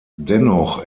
dennoch